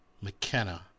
McKenna